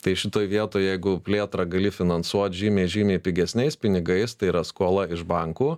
tai šitoj vietoj jeigu plėtrą gali finansuot žymiai žymiai pigesniais pinigais tai yra skola iš bankų